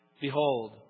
Behold